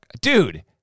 Dude